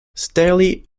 staley